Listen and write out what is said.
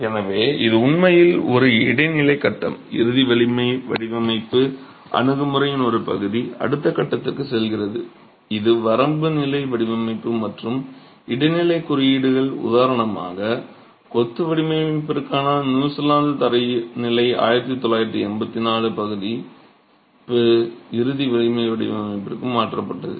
எனவே இது உண்மையில் ஒரு இடைநிலைக் கட்டம் இறுதி வலிமை வடிவமைப்பு அணுகுமுறையின் ஒரு பகுதி அடுத்த கட்டத்திற்கு செல்கிறது இது வரம்பு நிலை வடிவமைப்பு மற்றும் இடைநிலை குறியீடுகள் உதாரணமாக கொத்து வடிவமைப்பிற்கான நியூசிலாந்து தரநிலை 1984 பதிப்பு இறுதி வலிமை வடிவமைப்பிற்கு மாற்றப்பட்டது